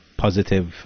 positive